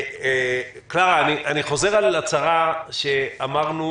אני חוזר על ההצהרה שאמרנו